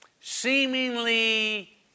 seemingly